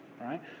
right